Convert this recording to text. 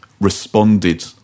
responded